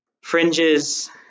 fringes